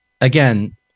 again